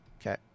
okay